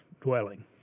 dwelling